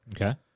Okay